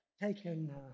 taken